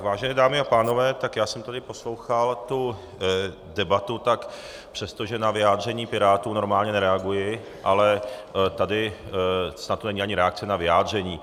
Vážené dámy a pánové, já jsem tady poslouchal tu debatu, tak přestože na vyjádření Pirátů normálně nereaguji, ale tady to snad není ani reakce na vyjádření.